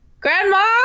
Grandma